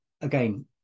again